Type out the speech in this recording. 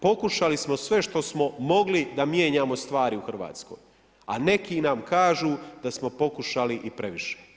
Pokušali smo sve što smo mogli da mijenjamo stvari u Hrvatskoj, a neki nam kažu da smo pokušali i previše.